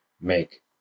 make